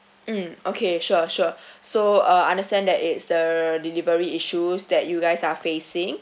mm okay sure sure so uh understand that it's the delivery issues that you guys are facing